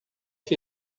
que